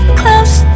close